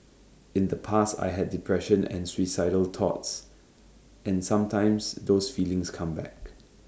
in the past I had depression and suicidal thoughts and sometimes those feelings come back